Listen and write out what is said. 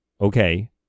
okay